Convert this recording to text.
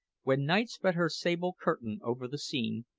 when night spread her sable curtain over the scene,